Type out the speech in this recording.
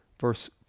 Verse